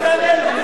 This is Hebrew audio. אל תשתף אתו פעולה.